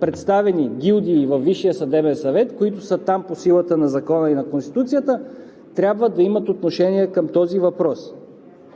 представени гилдии във Висшия съдебен съвет, които са там по силата на закона и на Конституцията, трябва да имат отношение към този въпрос.